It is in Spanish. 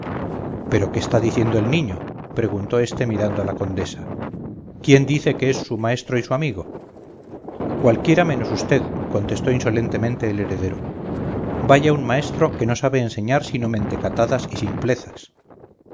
pero qué está diciendo el niño preguntó este mirando a la condesa quién dice que es su maestro y su amigo cualquiera menos vd contestó insolentemente el heredero vaya un maestro que no sabe enseñar sino mentecatadas y simplezas